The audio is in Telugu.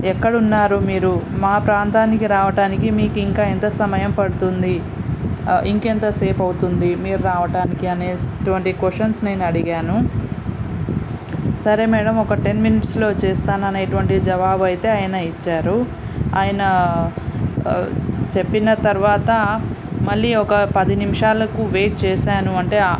ఎక్కడ ఉన్నారు మీరు మా ప్రాంతానికి రావటానికి మీకు ఇంకా ఎంత సమయం పడుతుంది ఇంకా ఎంతసేపు అవుతుంది మీరు రావటానికి అనేటువంటి కొషన్స్ నేను అడిగాను సరే మ్యాడమ్ ఒక టెన్ మినిట్స్లో వచ్చేస్తాను అనేటువంటి జవాబు అయితే ఆయన ఇచ్చారు ఆయన చెప్పిన తర్వాత మళ్ళీ ఒక పది నిమిషాలకు వెయిట్ చేసాను అంటే